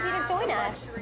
and join us.